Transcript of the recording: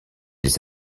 les